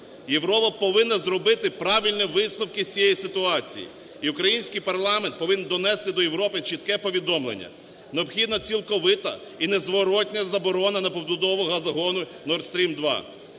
Європа повинна зробити правильні висновки з цієї ситуації. І український парламент повинен донести до Європи чітке повідомлення. Необхідна цілковита і незворотна заборона на побудовугазогону "Nord Stream-2".